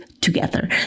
together